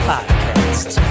Podcast